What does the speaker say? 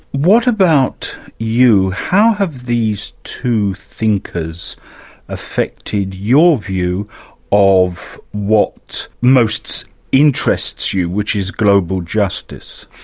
what about you? how have these two thinkers affected your view of what most interests you, which is global justice?